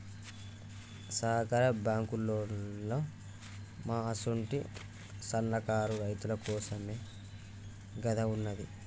సహకార బాంకులోల్లు మా అసుంటి సన్నకారు రైతులకోసమేగదా ఉన్నది